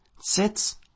sits